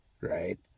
right